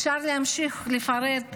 אפשר להמשיך לפרט.